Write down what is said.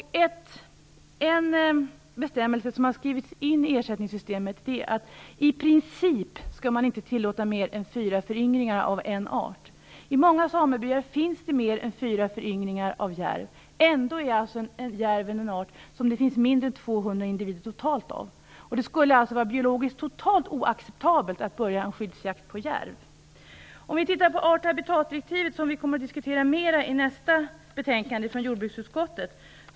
I ersättningssystemet har det skrivits in en bestämmelse om att man i princip inte skall tillåta mer än fyra föryngringar av en art. I många samebyar finns det mer än fyra föryngringar av järv. Samtidigt är då järven en art som det finns mindre än 200 individer totalt av. Det skulle alltså biologiskt vara totalt oacceptabelt att börja bedriva skyddsjakt på järv. Sverige har jobbat för att få in järven i art och habitatdirektivet, som vi kommer att diskutera mer i samband med nästa betänkande från jordbruksutskottet.